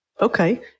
Okay